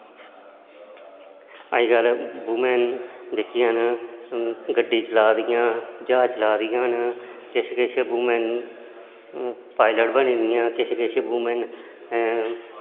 अज्जकल वुमेन जेहकियां न गड्डी चला दियां ज्हाज चला दियां न किश किश वुमेन पायलट बनी दियां किश किश वुमेन